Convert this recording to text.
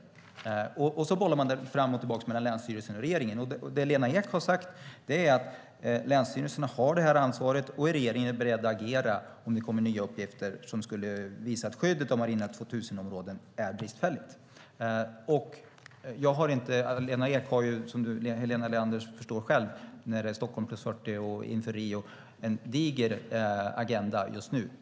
Det innebär att det bollas fram och tillbaka mellan länsstyrelserna och regeringen. Lena Ek har sagt att länsstyrelserna har det här ansvaret och att regeringen är beredd att agera om det kommer nya uppgifter som skulle visa att skyddet av marina Natura 2000-områden är bristfälligt. Som Helena Leander förstår har Lena Ek en diger agenda just nu med Stockholm + 40 och inför Rio.